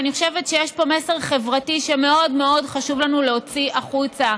ואני חושבת שיש פה מסר חברתי שמאוד מאוד חשוב לנו להוציא החוצה: